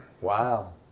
Wow